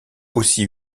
aussi